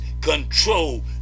control